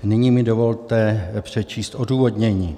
Nyní mi dovolte přečíst odůvodnění.